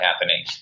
happening